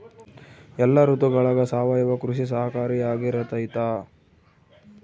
ಎಲ್ಲ ಋತುಗಳಗ ಸಾವಯವ ಕೃಷಿ ಸಹಕಾರಿಯಾಗಿರ್ತೈತಾ?